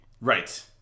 Right